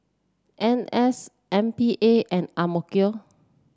N S M P A and AMK